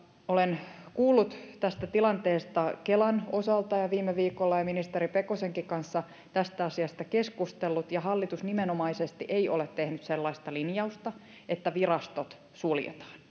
olen kuullut tästä tilanteesta kelan osalta viime viikolla ja ministeri pekosenkin kanssa tästä asiasta keskustellut ja hallitus nimenomaisesti ei ole tehnyt sellaista linjausta että virastot suljetaan